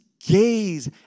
gaze